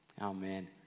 Amen